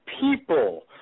people